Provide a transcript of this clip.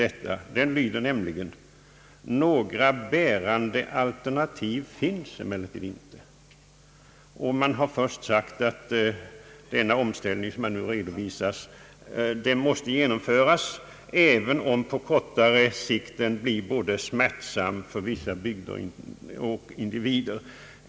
Meningen lyder nämligen: »Några bärande alternativ finns emellertid inte.» Det har först sagts att den omställning som nu redovisas måste genomföras, även om den på kort sikt blir smärtsam för vissa bygder och individer.